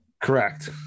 correct